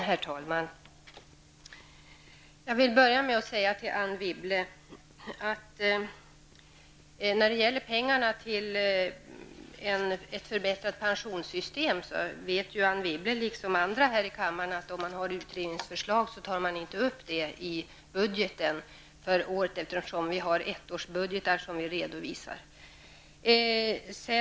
Herr talman! När det gäller pengarna till ett förbättrat pensionssystem vill jag till Anne Wibble säga att hon liksom andra här i kammaren vet att man inte tar upp sina utredningsförslag i sina förslag till budget, eftersom man redovisar ettårsbudgetar.